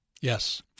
Yes